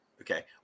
Okay